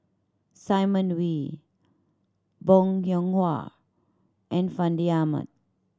Simon Wee Bong Hiong Hwa and Fandi Ahmad